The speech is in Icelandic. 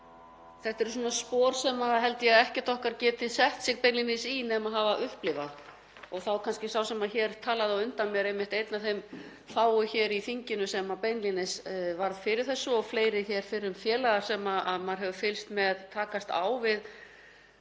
Þetta eru svona spor sem held ég að ekkert okkar geti sett sig beinlínis í nema hafa upplifað slíkt. Sá sem hér talaði á undan mér er einmitt einn af þeim fáu í þinginu sem beinlínis varð fyrir þessu og fleiri hér, fyrrum félagar, sem maður hefur fylgst með takast á við